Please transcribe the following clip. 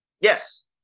Yes